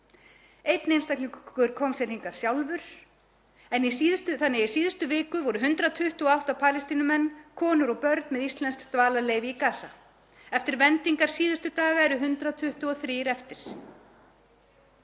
Einn einstaklingur kom sér hingað sjálfur. Þannig í síðustu viku voru 128 Palestínumenn, -konur og -börn með íslenskt dvalarleyfi á Gaza. Eftir vendingar síðustu daga eru 123 eftir.